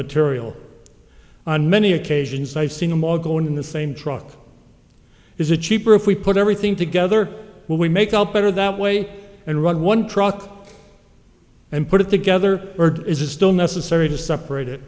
material on many occasions i've seen them all go in the same truck is a cheaper if we put everything together we make up better that way and run one truck and put it together or is it still necessary to separate it